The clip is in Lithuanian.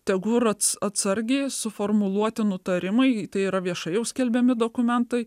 tegu rods atsargiai suformuluoti nutarimai tai yra viešai jau skelbiami dokumentai